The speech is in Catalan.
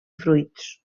fruits